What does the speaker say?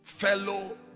fellow